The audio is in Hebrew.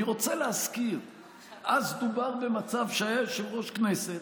אני רוצה להזכיר שאז דובר במצב שהיה יושב-ראש כנסת